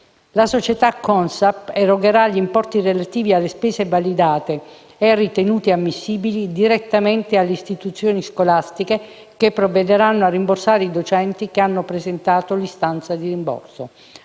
La società CONSAP erogherà gli importi relativi alle spese validate e ritenute ammissibili direttamente alle istituzioni scolastiche, che provvederanno a rimborsare i docenti che hanno presentato l'istanza di rimborso.